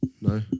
No